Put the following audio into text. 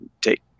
take